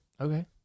Okay